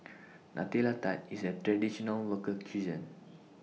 Nutella Tart IS A Traditional Local Cuisine